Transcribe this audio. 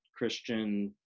Christian